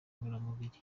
ngororamubiri